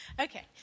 Okay